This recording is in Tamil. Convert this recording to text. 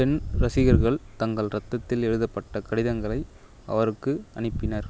பெண் ரசிகர்கள் தங்கள் ரத்தத்தில் எழுதப்பட்ட கடிதங்களை அவருக்கு அனுப்பினர்